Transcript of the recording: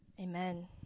Amen